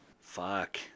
Fuck